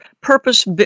purpose